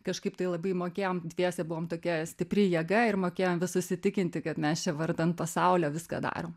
kažkaip tai labai mokėjom dviese buvom tokia stipri jėga ir mokėjom visus įtikinti kad mes čia vardan pasaulio viską darom